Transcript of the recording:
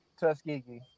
Tuskegee